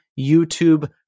YouTube